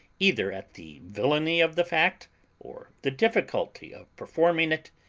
either at the villainy of the fact or the difficulty of performing it,